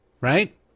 right